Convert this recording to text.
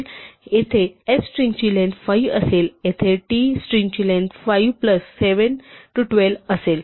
येथे s स्ट्रिंगची length 5 असेल येथे t स्ट्रिंगची लेंग्थ 5 प्लस 7 12 असेल